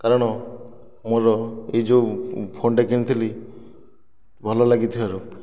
କାରଣ ମୋର ଏଯେଉଁ ଫୋନଟି କିଣିଥିଲି ଭଲ ଲାଗିଥିବାରୁ